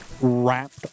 wrapped